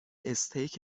استیک